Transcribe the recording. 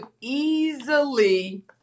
easily